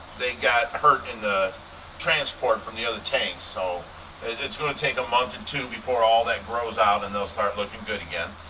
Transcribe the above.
they got hurt in the transport from the other tanks so it's going to take a month and two before all that grows out and they'll start looking good again.